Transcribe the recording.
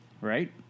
Right